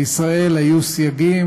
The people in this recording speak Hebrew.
לישראל היו סייגים,